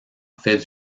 fait